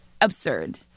Absurd